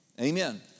Amen